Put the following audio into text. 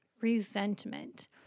resentment